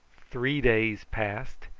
three days passed,